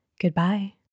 Goodbye